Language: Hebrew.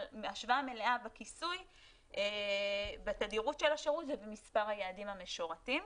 אבל השוואה מלאה בתדירות של השירות ובמספר היעדים המשורתים.